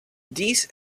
dies